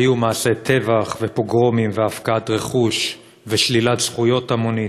היו מעשי טבח ופוגרומים והפקעת רכוש ושלילת זכויות המונית.